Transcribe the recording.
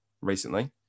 recently